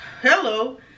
Hello